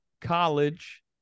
college